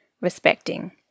respecting